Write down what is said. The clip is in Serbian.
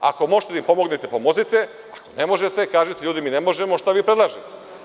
Ako možete da im pomognete, pomozite, ako ne možete, kažite – ljudi, mi ne možemo, šta vi predlažete?